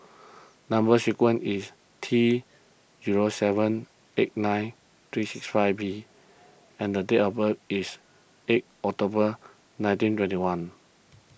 Number Sequence is T zero seven eight nine three six five B and date of birth is eight October nineteen twenty one